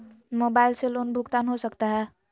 Mobile से loan भुगतान हो सकता है?